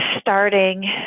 starting